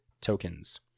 tokens